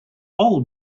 all